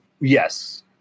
yes